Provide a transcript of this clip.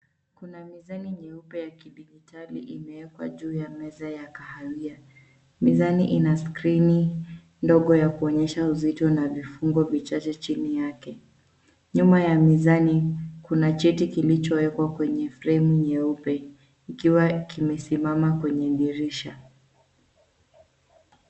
Kuna mizani nyeupe ya kidijitali imewekwa juu ya meza ya kahawia. Mizani ina skrini ndogo ya kuonyesha uzito na vifungo vichache chini yake. Nyuma ya mizani, kuna chati iliyowekwa kwenye fremu nyeupe ikiwa kimesimama kwenye dirisha.